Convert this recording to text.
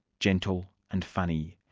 gentle and funny.